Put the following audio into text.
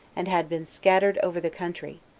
and had been scattered over the country,